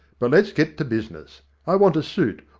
but let's get to business. i want a suit,